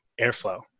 airflow